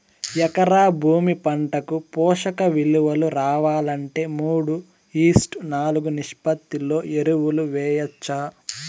ఎకరా భూమి పంటకు పోషక విలువలు రావాలంటే మూడు ఈష్ట్ నాలుగు నిష్పత్తిలో ఎరువులు వేయచ్చా?